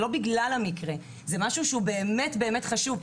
זה לא בגלל המקרה, זה משהו שהוא באמת באמת חשוב.